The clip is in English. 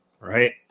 right